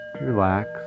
relax